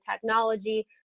technology